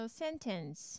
sentence